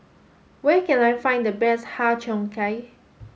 where can I find the best Har Cheong Gai